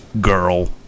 Girl